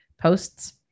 posts